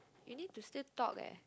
we need to still talk eh